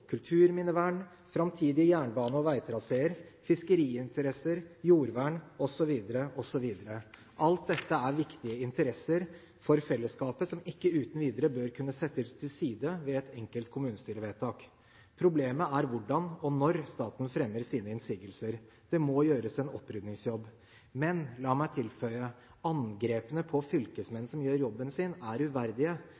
kulturminnevern, framtidige jernbane- og veitraseer, fiskeriinteresser, jordvern osv. Alt dette er viktige interesser for fellesskapet, som ikke uten videre bør kunne settes til side ved et enkelt kommunestyrevedtak. Problemet er hvordan og når staten fremmer sine innsigelser. Det må gjøres en opprydningsjobb. Men la meg tilføye: Angrepene på fylkesmenn